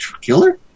killer